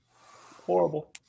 Horrible